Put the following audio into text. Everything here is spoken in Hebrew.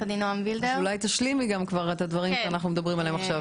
אולי תשלימי את הדברים שאנחנו מדברים עליהם עכשיו.